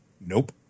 Nope